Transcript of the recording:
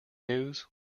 news